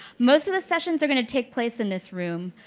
most of the sessions are going to take place in this room.